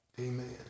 Amen